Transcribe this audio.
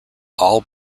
all